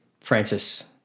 Francis